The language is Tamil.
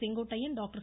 செங்கோட்டையன் டாக்டர்